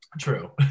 True